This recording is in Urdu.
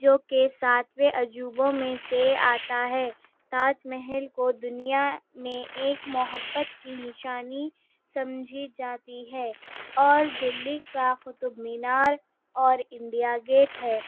جوکہ ساتویں عجوبوں میں سے آتا ہے تاج محل کو دنیا میں ایک محبت کی نشانی سمجھی جاتی ہے اور دلّی کا قطب مینار اور انڈیا گیٹ ہے